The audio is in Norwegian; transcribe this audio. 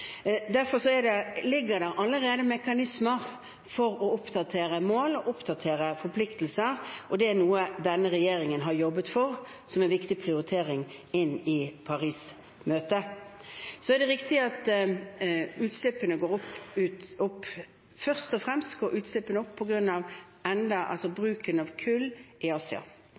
Derfor er det allerede mekanismer for å oppdatere mål og forpliktelser, og det var noe denne regjeringen jobbet for som en viktig prioritering i Paris-møtet. Det er riktig at utslippene går opp. Først og fremst går utslippene opp på grunn av bruken av kull i Asia.